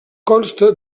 consta